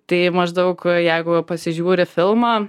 tai maždaug jeigu pasižiūri filmą